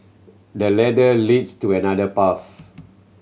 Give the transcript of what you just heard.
the ladder leads to another path